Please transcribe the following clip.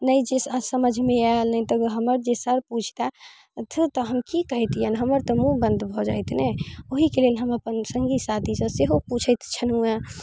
नै जे समझमे आयल नै तऽ हमर जे सर पूछितथि तऽ हम की कहितियनि हमर तऽ मुँह बन्द भऽ जाइत ने ओहीके लेल हम अपन सङ्गी साथीसँ जेहो पूछैत छलहुँ हँ